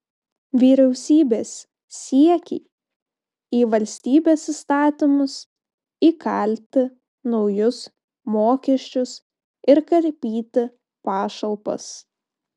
vyriausybės siekiai į valstybės įstatymus įkalti naujus mokesčius ir karpyti pašalpas